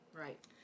Right